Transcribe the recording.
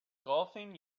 golfing